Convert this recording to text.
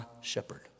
shepherd